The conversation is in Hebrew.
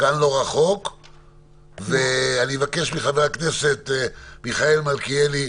אני מבקש מחבר הכנסת מיכאל מלכיאלי,